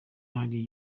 ihari